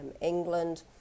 England